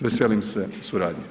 Veselim se suradnji.